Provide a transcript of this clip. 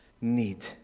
need